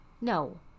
no